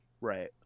Right